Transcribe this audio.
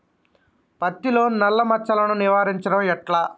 పత్తిలో నల్లా మచ్చలను నివారించడం ఎట్లా?